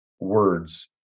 words